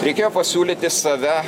reikėjo pasiūlyti save